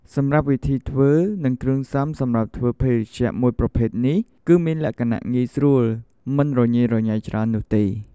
សម្រាប់វិធីធ្វើ និងគ្រឿងផ្សំសម្រាប់ធ្វើភេសជ្ជៈមួយប្រភេទនេះ គឺមានលក្ខណៈងាយស្រួលមិនរញ៉េរញ៉ៃច្រើននោះទេ។